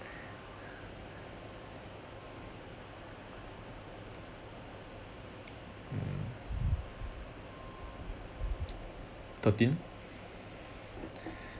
mm thirteen